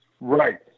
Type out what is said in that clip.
Right